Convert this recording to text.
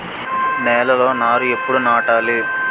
నేలలో నారు ఎప్పుడు నాటాలి?